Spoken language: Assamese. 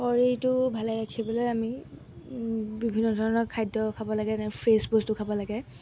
শৰীৰটো ভালে ৰাখিবলৈ আমি বিভিন্ন ধৰণৰ খাদ্য খাব লাগে যেনে ফ্ৰেছ বস্তু খাব লাগে